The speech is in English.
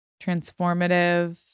Transformative